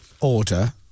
order